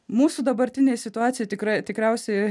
mūsų dabartinėj situacijoj tikrai tikriausiai